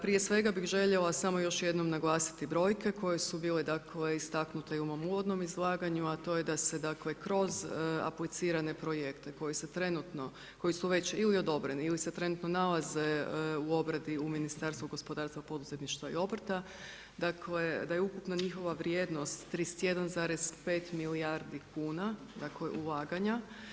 Prije svega bih željela samo još jednom naglasiti brojke, koje su bile dakle, istaknute i u mom uvodnom izlaganju, a to je da se da, kroz aplicirane projekte, koji se trenutno, koji su već ili odobreni ili se trenutno nalaze u obradi u Ministarstvu gospodarstva, poduzetništva i obrta, dakle, da je ukupna njihova vrijednost, 31,5 milijardi kuna, dakle, ulaganja.